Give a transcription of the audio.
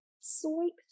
sweep